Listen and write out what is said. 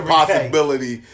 possibility